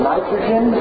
Nitrogen